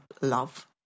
love